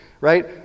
right